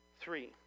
three